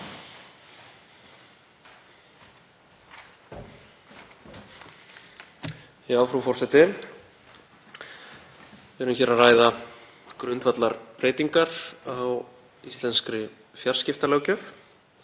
Frú forseti. Við erum hér að ræða grundvallarbreytingar á íslenskri fjarskiptalöggjöf,